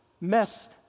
mess